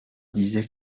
disait